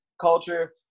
culture